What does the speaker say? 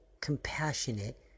compassionate